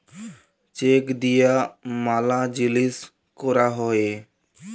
check দিয়া ম্যালা জিলিস ক্যরা হ্যয়ে